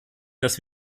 dass